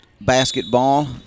basketball